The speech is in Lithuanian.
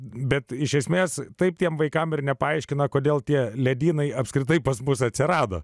bet iš esmės taip tiems vaikams ir nepaaiškina kodėl tie ledynai apskritai pas mus atsirado